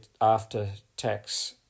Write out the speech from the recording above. after-tax